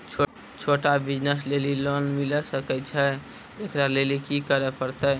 छोटा बिज़नस लेली लोन मिले सकय छै? एकरा लेली की करै परतै